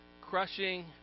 crushing